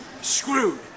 screwed